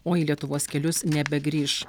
o į lietuvos kelius nebegrįš